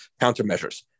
countermeasures